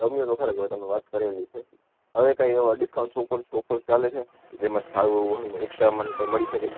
તમે તો તમે વાત કરેલી છે હવે કઈ એવા ડિસ્કાઉન્ટ ઓફર્સ બોફર્સ ચાલે છે જેમાં સારું એવું હોય એકસ્ટ્રા મને કઈ મળી શકે